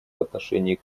отношении